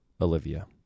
Olivia